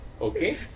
Okay